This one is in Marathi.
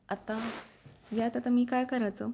आता यात आता मी काय करायचं